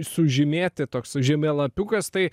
sužymėti toks žemėlapiukas tai